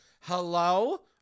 Hello